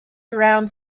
around